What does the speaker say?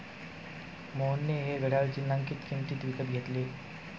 मोहनने हे घड्याळ चिन्हांकित किंमतीत विकत घेतले